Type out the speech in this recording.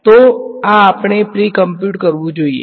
તો આ આપણે પ્રી કોમ્પ્યુટેડ કરવું જોઈએ